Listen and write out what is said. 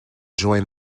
join